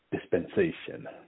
dispensation